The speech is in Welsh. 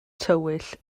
tywyll